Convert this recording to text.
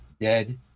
dead